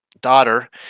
daughter